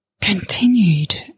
continued